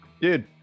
Dude